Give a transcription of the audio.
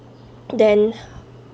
then